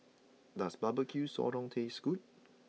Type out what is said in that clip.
does Barbecue Sotong taste good